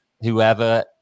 whoever